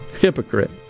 Hypocrite